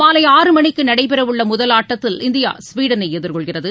மாலை ஆறு மணிக்கு நடைபெறவுள்ள முதல் ஆட்டத்தில் இந்தியா ஸ்வீடனை எதிர்கொள்கிறது